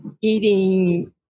eating